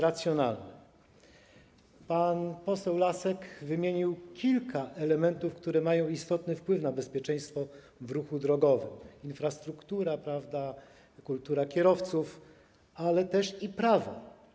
Pan poseł Lasek wymienił kilka elementów, które mają istotny wpływ na bezpieczeństwo w ruchu drogowym: infrastruktura, kultura kierowców, ale też i prawo.